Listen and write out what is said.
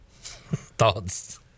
Thoughts